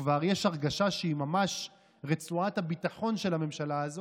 וכבר יש הרגשה שהיא ממש רצועת הביטחון של הממשלה הזאת.